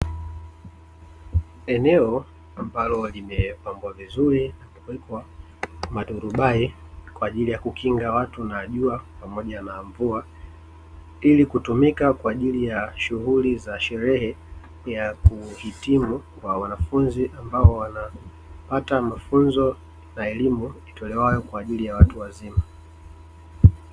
Eneo lililo pambwa vizuri na kuwekwa Maturubai kwa ajili ya kukinga watu na jua pamoja na mvua. Ili kutumika kwa ajili ya shughuli za sherehe ya kuhitimu kwa wanafunzi ambao wanapata mafunzo na elimu jitolewayo kwa ajili ya watu wazima.